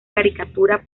caricatura